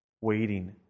waiting